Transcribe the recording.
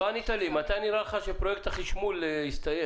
לא ענית לי מתי נראה לך שפרויקט החשמול יסתיים.